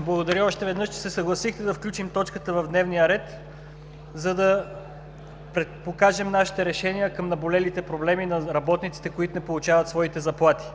Благодаря още веднъж, че се съгласихте да включим точката в дневния ред, за да покажем нашето желание за решение на наболелите проблеми на работниците, които не получават своите заплати.